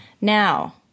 Now